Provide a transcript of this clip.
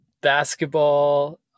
basketball